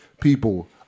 people